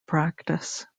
practice